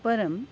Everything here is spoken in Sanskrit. परं